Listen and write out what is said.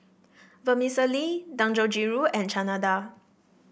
Vermicelli Dangojiru and Chana Dal